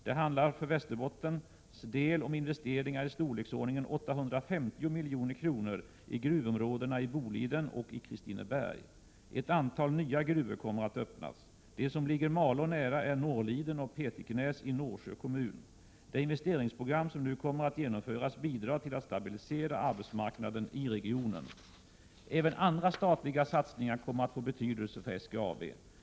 Det handlar för Västerbottens del om investeringar i storleksordningen 850 milj.kr. i gruvområdena i Boliden och Kristineberg. Ett antal nya gruvor kommer att öppnas. De som ligger Malå nära är Norrliden och Petiknäs i Norsjö kommun. Det investeringsprogram som nu kommer att genomföras bidrar till att stabilisera arbetsmarknaden i regionen. Även andra statliga satsningar kommer att få betydelse för SGAB.